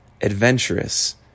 adventurous